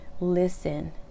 listen